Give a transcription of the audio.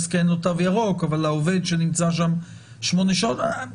כי אין לו תו ירוק אבל העובד שנמצא שם 8 שעות בסדר,